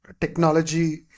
technology